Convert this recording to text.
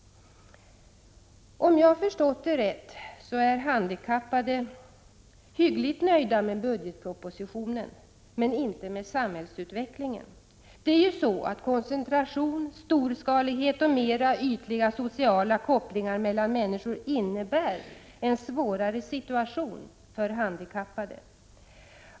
Om jag förstår det rätt är de handikappade hyggligt nöjda med budgetpropositionen men inte med samhällsutvecklingen. Koncentration, storskalighet och mer ytliga sociala kopplingar mellan människor innebär ju en svårare situation för handikappade.